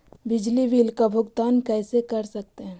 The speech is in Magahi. बिजली बिल का भुगतान कैसे कर सकते है?